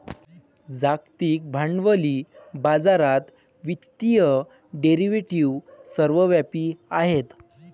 जागतिक भांडवली बाजारात वित्तीय डेरिव्हेटिव्ह सर्वव्यापी आहेत